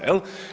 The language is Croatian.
Jel'